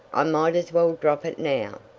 i might as well drop it now.